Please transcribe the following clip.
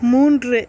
மூன்று